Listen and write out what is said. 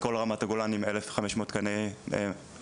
כל רמת הגולן עם 1,500 קליעי ארטילריה.